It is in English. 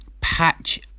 Patch